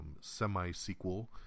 semi-sequel